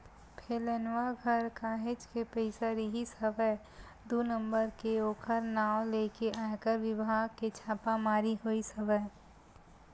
फेलनवा घर काहेच के पइसा रिहिस हवय दू नंबर के ओखर नांव लेके आयकर बिभाग के छापामारी होइस हवय